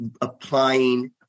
applying